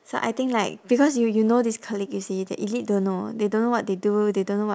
so I think like because you you know this colleague you see the elite don't know they don't know what they do they don't know what